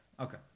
Okay